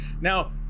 Now